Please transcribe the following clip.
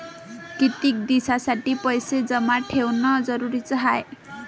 कितीक दिसासाठी पैसे जमा ठेवणं जरुरीच हाय?